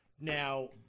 Now